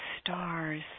stars